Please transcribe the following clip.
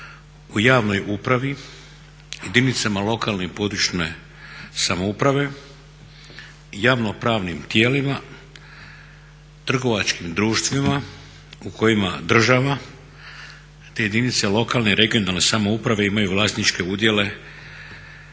u javnoj upravi i jedinicama lokalne i područne samouprave, javnopravnim tijelima, trgovačkim društvima u kojima država, te jedinice lokalne i regionalne samouprave imaju vlasničke udjele